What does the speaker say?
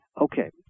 Okay